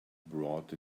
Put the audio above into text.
brought